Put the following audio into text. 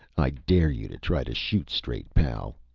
i dare you to try to shoot straight, pal,